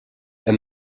and